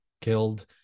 killed